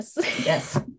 yes